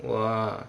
!wah!